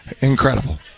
incredible